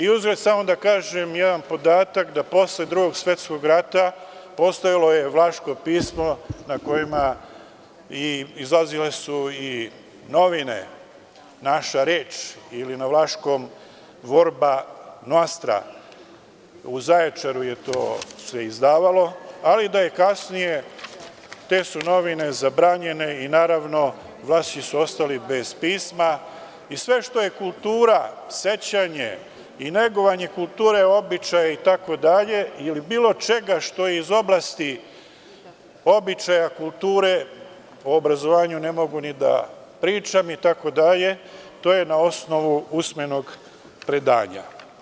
Uzgred, samo da kažem jedan podatak, da posle Drugog svetskog rata postojalo je vlaško pismo na kome su izlazile i novine „Naša reč“, ili na vlaškom „Vorba nostra“, u Zaječaru se to izdavalo, ali da su kasnije te novine zabranjene i, naravno, Vlasi su ostali bez pisma i sve što je kultura, sećanje i negovanje kulture, običaji itd, ili bilo čega što je iz oblasti običaja, kulture, o obrazovanju ne mogu ni da pričam, to je na osnovu usmenog predanja.